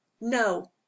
No